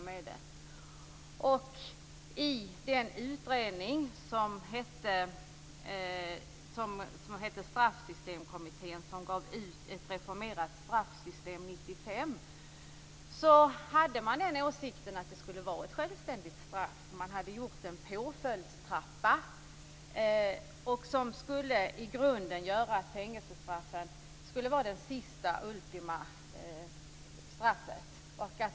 I Straffsystemkommitténs utredning 1995 Ett reformerat straffsystem hade man åsikten att det skulle vara ett självständigt straff. Man hade gjort en påföljdstrappa som i grunden skulle göra fängelsestraffet till det ultimativa straffet.